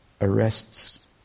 arrests